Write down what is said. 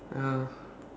ya